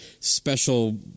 Special